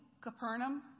Capernaum